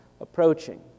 approaching